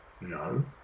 no